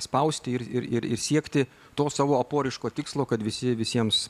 spausti ir ir siekti to savo aporiško tikslo kad visi visiems